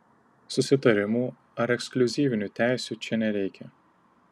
susitarimų ar ekskliuzyvinių teisių čia nereikia